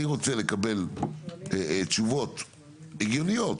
אני רוצה לקבל תשובות הגיוניות.